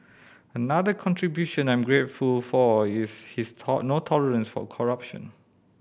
another contribution I'm grateful for is his no tolerance for corruption